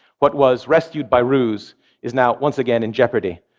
what was rescued by ruse is now once again in jeopardy,